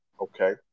okay